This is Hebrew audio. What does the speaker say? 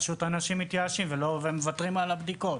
אנשים פשוט מתייאשים ומוותרים על הבדיקות.